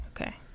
Okay